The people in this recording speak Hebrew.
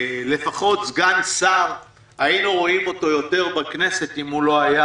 לפחות סגן שר היינו רואים יותר בכנסת אם הוא לא היה